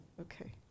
okay